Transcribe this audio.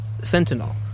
fentanyl